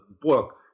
book